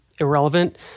irrelevant